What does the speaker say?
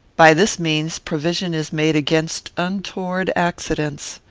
by this means provision is made against untoward accidents.